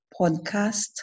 podcast